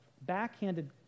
backhanded